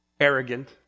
arrogant